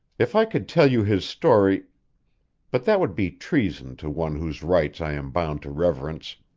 if i could tell you his story but that would be treason to one whose rights i am bound to reverence.